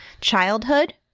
childhood